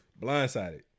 Blindsided